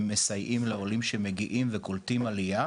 מסייעים לעולים שמגיעים וקולטים עלייה,